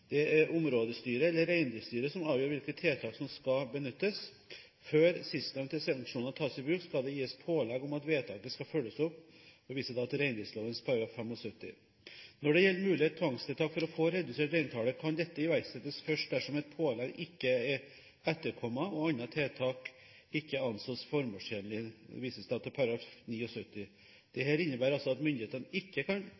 Det er områdestyret eller Reindriftsstyret som avgjør hvilke tiltak som skal benyttes. Før sistnevnte sanksjoner tas i bruk, skal det gis pålegg om at vedtaket skal følges opp. Jeg viser da til reindriftsloven § 75. Når det gjelder mulige tvangstiltak for å få redusert reintallet, kan dette iverksettes først dersom et pålegg ikke er etterkommet og andre tiltak ikke anses formålstjenlig, jf. reindriftsloven § 75. Dette innebærer altså at myndighetene ikke kan